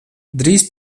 drīz